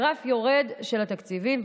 גרף יורד של התקציבים.